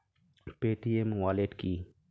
Paytm wallet কি?